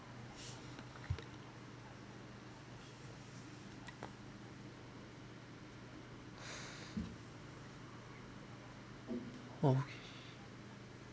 okay